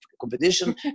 competition